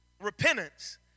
Repentance